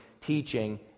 teaching